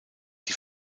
die